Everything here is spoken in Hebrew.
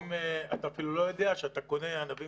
אתה אפילו לא יודע שאתה קונה ענבים